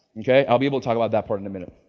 okay. i'll be able to talk about that part in a minute,